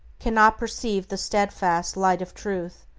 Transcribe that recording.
cannot perceive the steadfast light of truth,